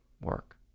work